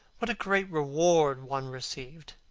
what a great reward one received!